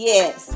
Yes